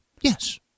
Yes